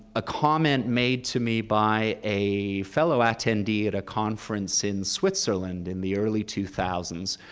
a comment made to me by a fellow attendee at a conference in switzerland in the early two thousand